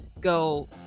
go